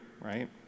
right